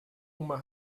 uma